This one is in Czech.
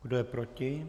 Kdo je proti?